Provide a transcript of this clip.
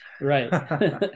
right